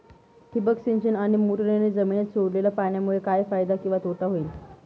ठिबक सिंचन आणि मोटरीने जमिनीत सोडलेल्या पाण्यामुळे काय फायदा किंवा तोटा होईल?